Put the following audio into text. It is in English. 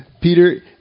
Peter